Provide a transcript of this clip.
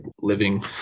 living